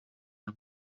een